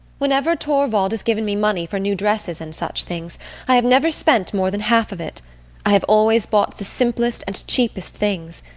whenever torvald has given me money for new dresses and such things, i have never spent more than half of it i have always bought the simplest and cheapest things.